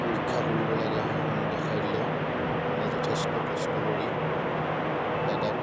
পৰীক্ষা কৰিব লাগে সেইসমূহ দেখাই দিলে মানে যথেষ্ট কষ্ট কৰি দাদাক